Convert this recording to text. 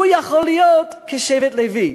הוא יכול להיות כשבט לוי.